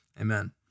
Amen